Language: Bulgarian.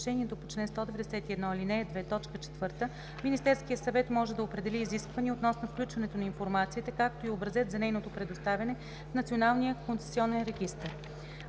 С решението по чл. 191, ал. 2, т. 4 Министерският съвет може да определи изисквания относно включването на информацията, както и образец за нейното предоставяне в Националния концесионен регистър.